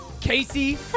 Casey